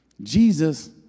Jesus